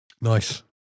Nice